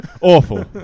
Awful